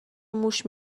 موش